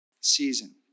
season